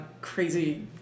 crazy